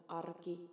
arki